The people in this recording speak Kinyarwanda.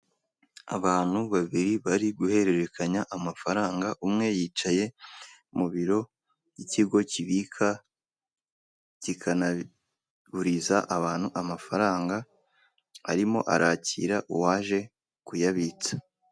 Abantu babiri bari guhererekanya amafaranga, umwe yicaye mu biro by'ikigo kibika kikanabiguriza abantu amafaranga arimo arakira uwaje kuyabitsa.